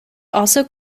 also